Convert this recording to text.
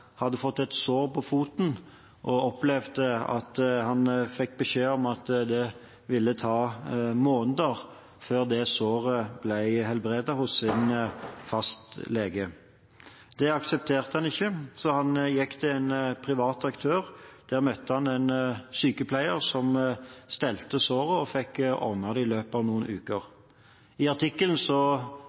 hadde fått et sår på foten og opplevde at han hos sin fastlege fikk beskjed om at det ville ta måneder før dette såret ble helbredet. Det aksepterte han ikke, så han gikk til en privat aktør. Der møtte han en sykepleier som stelte såret og fikk helbredet det i løpet av noen uker. I artikkelen